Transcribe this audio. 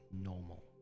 normal